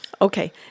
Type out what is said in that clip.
Okay